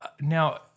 Now